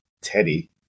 Teddy